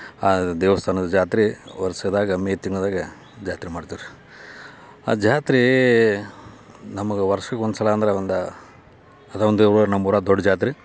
ಆ ದೇವಸ್ಥಾನದ ಜಾತ್ರೆ ವರ್ಷದಾಗ ಮೇ ತಿಂಗಳದಾಗ ಜಾತ್ರೆ ಮಾಡ್ತಾರ್ ರೀ ಆ ಜಾತ್ರೆ ನಮಗೆ ವರ್ಷಕ್ಕೆ ಒಂದು ಸಲ ಅಂದ್ರೆ ಒಂದು ಅದು ಒಂದು ಊರೋರ್ ನಮ್ಮ ಊರಾಗ ದೊಡ್ಡ ಜಾತ್ರೆ